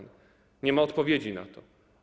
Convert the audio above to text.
Nie ma odpowiedzi na to.